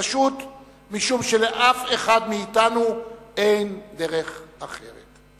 פשוט משום שלאף אחד מאתנו אין דרך אחרת.